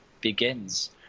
begins